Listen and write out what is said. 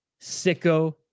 Sicko